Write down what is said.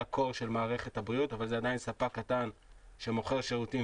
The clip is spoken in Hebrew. הליבה של מערכת הבריאות אבל זה עדיין ספק קטן שמוכר שירותים